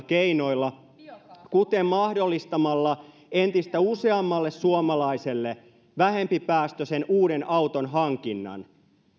keinoilla kuten mahdollistamalla entistä useammalle suomalaiselle vähempipäästöisen uuden auton hankinnan